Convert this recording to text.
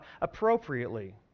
appropriately